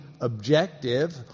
objective